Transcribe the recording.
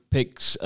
Picks